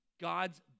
God's